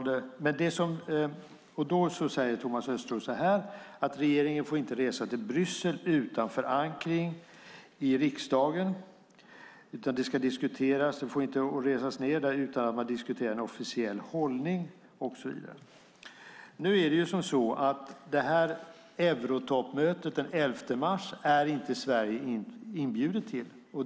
Då säger Thomas Östros så här: Regeringen får inte resa till Bryssel utan förankring i riksdagen, utan det ska diskuteras. Man får inte resa ned dit utan att ha diskuterat en officiell hållning och så vidare. Nu är det så att Sverige inte är inbjudet till detta eurotoppmöte den 11 mars.